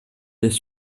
des